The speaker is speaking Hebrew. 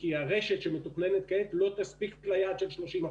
כי הרשת שמתוכננת כעת לא תספיק ליעד של 30%,